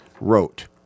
wrote